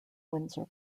windsor